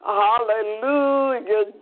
hallelujah